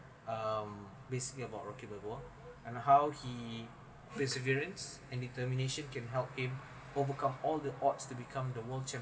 um basically about rocky balboa and how he perseverance and determination can help him overcome all the odds to become the world